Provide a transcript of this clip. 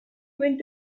went